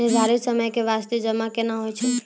निर्धारित समय के बास्ते जमा केना होय छै?